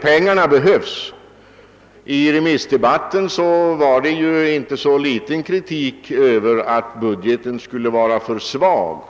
Pengarna behövs ju också; i remissdebatten framfördes inte så litet av kritik mot att budgeten skulle vara för svag.